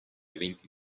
aventi